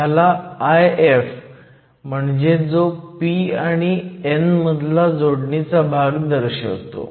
ह्याला IF म्हणेज जो p आणि n मधला जोडणीचा भाग दर्शवतो